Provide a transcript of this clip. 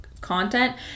content